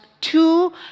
Two